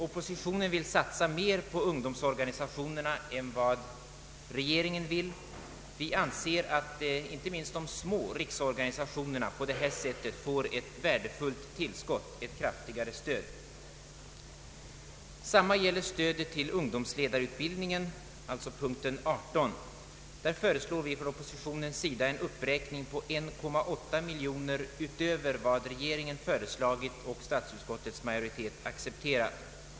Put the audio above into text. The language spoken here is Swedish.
Oppositionen vill satsa mera på ungdomsorganisationerna än vad regeringen vill. Vi anser att inte minst de små riksorganisatio nerna på det här sättet skulle få ett värdefullt tillskott. Detsamma gäller stödet till ungdomsledarutbildningen, som behandlas under punkten 18. Från oppositionens sida föreslås där en uppräkning med 1,8 miljoner kronor utöver vad regeringen föreslagit och statsutskottets majoritet accepterat.